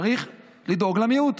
צריך לדאוג למיעוט.